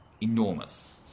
Enormous